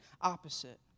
opposite